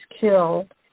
killed